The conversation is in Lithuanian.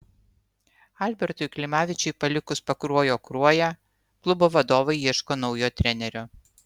albertui klimavičiui palikus pakruojo kruoją klubo vadovai ieško naujo trenerio